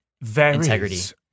integrity